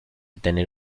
tener